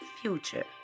future